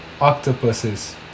octopuses